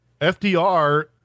fdr